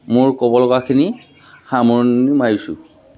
মোৰ ক'বলগাখিনি সামৰণি মাৰিছোঁ